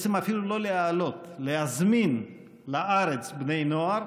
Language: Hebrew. אפילו לא להעלות, להזמין לארץ בני נוער